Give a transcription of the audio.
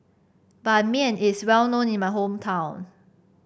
Ban Mian is well known in my hometown